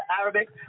Arabic